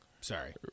Sorry